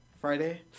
Friday